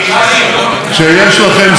אני רוצה להגיד לכם שיש לכם זכות מלאה לבקר,